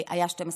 היה מס של 12%,